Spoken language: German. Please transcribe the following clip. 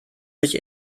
sich